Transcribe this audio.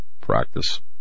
practice